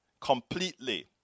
completely